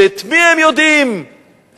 שאת מי הם יודעים להאשים?